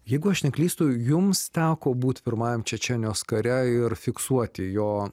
jeigu aš neklystu jums teko būt pirmajam čečėnijos kare ir fiksuoti jo